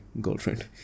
girlfriend